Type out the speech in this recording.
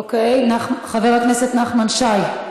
אוקיי, חבר הכנסת נחמן שי?